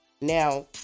Now